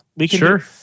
Sure